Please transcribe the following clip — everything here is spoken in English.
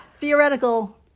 Theoretical